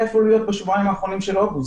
איפה להיות בשבועיים האחרונים של אוגוסט,